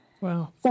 Wow